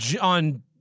on